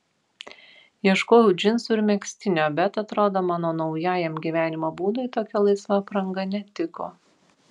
ieškojau džinsų ir megztinio bet atrodo mano naujajam gyvenimo būdui tokia laisva apranga netiko